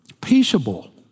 Peaceable